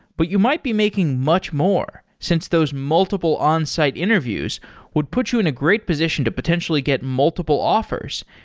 but you might be making much more since those multiple onsite interviews would put you in a great position to potentially get multiple offers,